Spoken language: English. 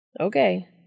Okay